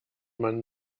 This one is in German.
man